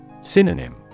Synonym